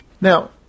Now